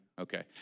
Okay